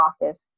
office